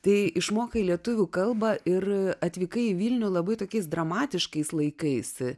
tai išmokai lietuvių kalbą ir atvykai į vilniuj labai tokiais dramatiškais laikais